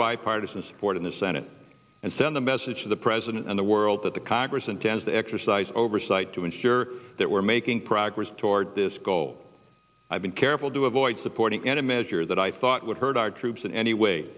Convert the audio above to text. bipartisan support in the senate and send a message to the president and the world that the congress intends to exercise oversight to ensure that we're making progress toward this goal i've been careful to avoid supporting in a measure that i thought would hurt our troops in any way